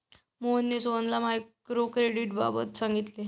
मोहनने सोहनला मायक्रो क्रेडिटबाबत सांगितले